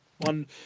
one